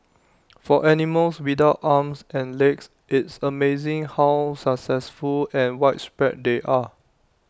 for animals without arms and legs it's amazing how successful and widespread they are